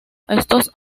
estos